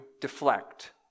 deflect